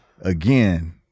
again